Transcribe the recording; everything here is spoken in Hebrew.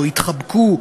או התחבקו,